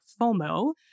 FOMO